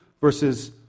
versus